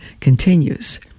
continues